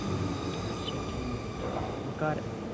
اچھا ٹھیٖک تہٕ وۄنۍ کَر